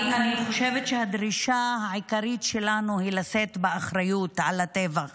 אני חושבת שהדרישה העיקרית שלנו היא לשאת באחריות על הטבח